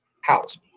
house